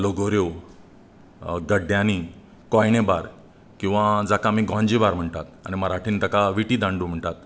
लोगोऱ्यो गड्डयांनी कोयणें बाल किंवां जाका आमी गोंजें बार म्हणटात आनी मराठींत ताका विटी दांडू म्हणटात